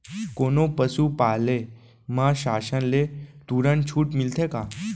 कोनो पसु पाले म शासन ले तुरंत छूट मिलथे का?